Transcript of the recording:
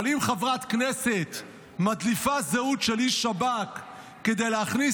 אבל אם חברת כנסת מדליפה זהות של איש שב"כ כדי להכניס